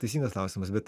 teisingas klausimas bet